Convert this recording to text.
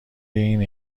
این